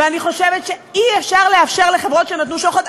ואני חושבת שאי-אפשר לאפשר לחברות שנתנו שוחד,